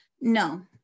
no